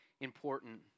important